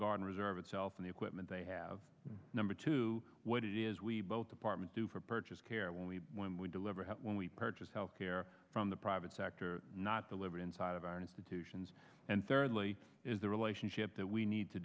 guard reserve itself and the equipment they have number two what it is we both department do for purchase care when we when we deliver when we purchase health care from the private sector not delivered inside of our to sions and thirdly is the relationship that we need to